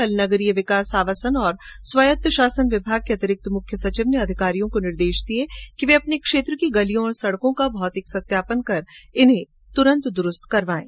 कल नगरीय विकास आवासन एवं स्वायत्त शासन विभाग के अतिरिक्त मुख्य सचिव ने अधिकारियों को निर्देश दिये कि वे अपने क्षेत्र की गलियों और सड़कों का भौतिक निरीक्षण कर इन्हें तुरंत दुरूस्त करें